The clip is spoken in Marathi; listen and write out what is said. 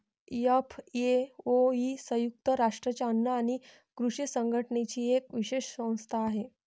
एफ.ए.ओ ही संयुक्त राष्ट्रांच्या अन्न आणि कृषी संघटनेची एक विशेष संस्था आहे